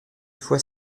fois